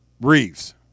Reeves